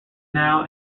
now